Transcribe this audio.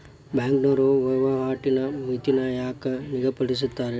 ಬ್ಯಾಂಕ್ನೋರ ವಹಿವಾಟಿನ್ ಮಿತಿನ ಯಾಕ್ ನಿಗದಿಪಡಿಸ್ತಾರ